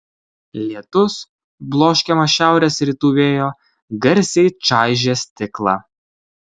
lietus bloškiamas šiaurės rytų vėjo garsiai čaižė stiklą